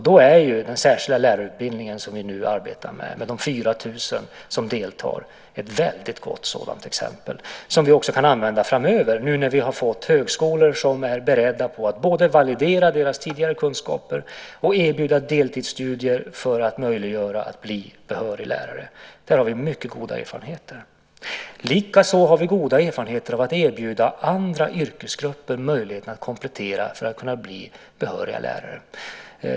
Då är den särskilda lärarutbildningen vi nu arbetar med, med de 4 000 som deltar, ett gott sådant exempel, som vi också kan använda framöver när vi har fått högskolor som är beredda att validera deras tidigare kunskaper och erbjuda deltidsstudier för att göra det möjligt att bli behörig lärare. Där har vi mycket goda erfarenheter. Likaså har vi goda erfarenheter av att erbjuda andra yrkesgrupper möjligheten att komplettera för att bli behöriga lärare.